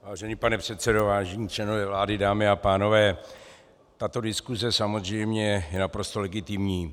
Vážený pane předsedo, vážení členové vlády, dámy a pánové, tato diskuse je samozřejmě naprosto legitimní.